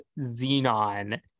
Xenon